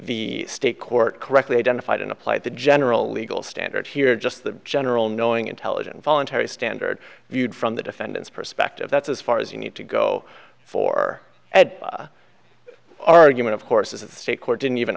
the state court correctly identified and applied the general legal standard here just the general knowing intelligent voluntary standard viewed from the defendant's perspective that's as far as you need to go for argument of course is a state court didn't even